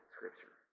Scripture